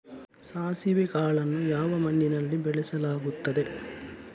ಸಾಸಿವೆ ಕಾಳನ್ನು ಯಾವ ಮಣ್ಣಿನಲ್ಲಿ ಬೆಳೆಸಲಾಗುತ್ತದೆ?